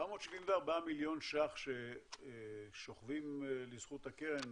474 מיליון ₪ ששוכבים לזכות הקרן,